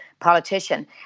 politician